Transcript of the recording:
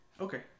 okay